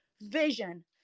Vision